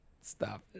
Stop